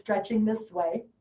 stretching this way.